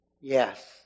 Yes